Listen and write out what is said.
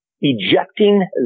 ejecting